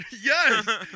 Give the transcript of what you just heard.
yes